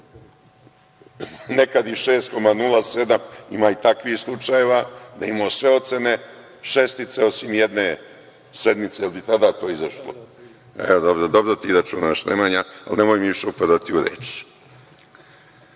nekad i 6,07, ima i takvih slučajeva, da je imao sve ocene šestice, osim jedne sedmice. Jel bi tada to izašlo? Dobro ti računaš, Nemanja, ali mi nemoj više upadati u reč. Pod